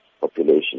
population